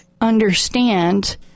understand